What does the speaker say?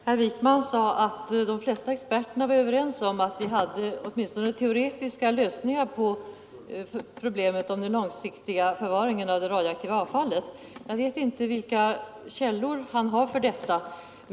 Herr talman! Herr Wijkman sade att de flesta experter var överens om att vi har åtminstone teoretiska lösningar på problemet med den långsiktiga förvaringen av det radioaktiva avfallet. Jag vet inte vilka källor han har för detta.